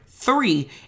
three